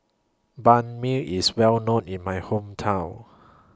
Banh MI IS Well known in My Hometown